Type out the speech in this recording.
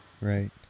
Right